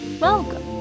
Welcome